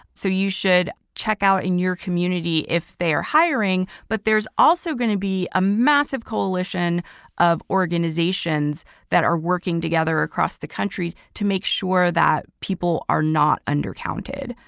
so you should check out in your community if they are hiring. but there's also going to be a massive coalition of organizations that are working together across the country to make sure that people are not undercounted.